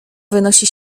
wynosi